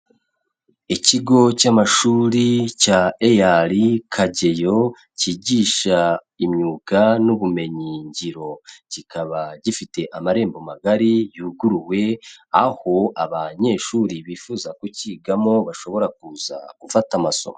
Ikigo cy'amashuri cya EAR Kageyo cyigisha imyuga n'ubumenyingiro, kikaba gifite amarembo magari yuguruwe, aho abanyeshuri bifuza kucyigamo bashobora kuza gufata amasomo.